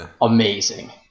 amazing